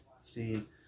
see